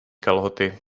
kalhoty